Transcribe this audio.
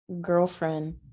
girlfriend